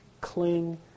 Cling